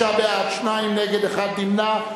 96 בעד, שניים נגד, אחד נמנע.